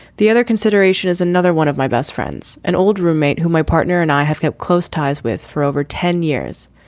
the other consideration is another one of my best friends, an old roommate who my partner and i have had close ties with for over ten years.